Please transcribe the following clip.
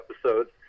episodes